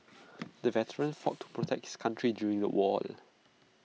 the veteran fought to protect his country during the war